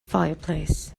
fireplace